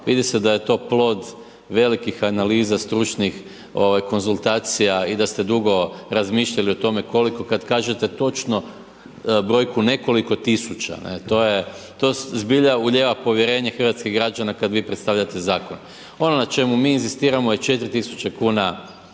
vidi se da je to plod velikih analiza, stručnih konzultacija i da ste dugo razmišljali o tome koliko, kad kažete točno brojku nekoliko tisuća, ne, to je, to zbilja ulijeva povjerenje hrvatskih građana kad vi predstavljate Zakon. Ono na čemu mi inzistiramo je 4000 kuna